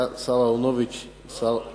היה השר אהרונוביץ שר,